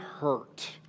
hurt